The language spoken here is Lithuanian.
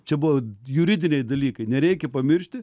čia buvo juridiniai dalykai nereikia pamiršti